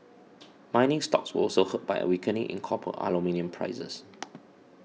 mining stocks were also hurt by a weakening in copper aluminium prices